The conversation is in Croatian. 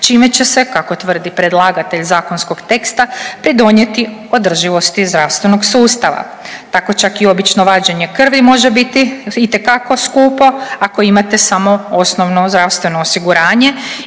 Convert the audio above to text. čime će se kako tvrdi predlagatelj zakonskog teksta pridonijeti održivosti zdravstvenog sustava. Tako čak i obično vađenje krvi može biti itekako skupo ako imate samo osnovno zdravstveno osiguranje